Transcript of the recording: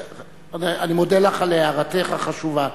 אני מודה לך על הערתך החשובה.